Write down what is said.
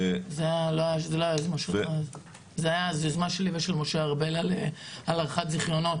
זה היה אז יוזמה שלי ושל משה ארבל על הארכת זיכיונות,